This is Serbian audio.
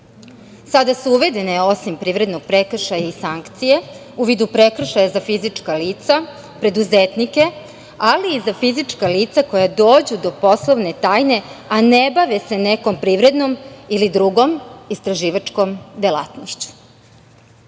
su uvedene, osim privrednog prekršaja i sankcije u vidu prekršaja za fizička lica, preduzetnike, ali i za fizička lica koja dođu do poslovne tajne, a ne bave se nekom privrednom ili drugom istraživačkom delatnošću. Držaoci